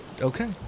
Okay